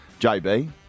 JB